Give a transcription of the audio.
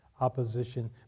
opposition